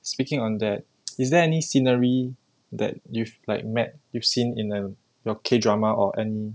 speaking on that is there any scenery that you've like met you've seen in your K drama or any